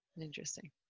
Interesting